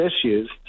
issues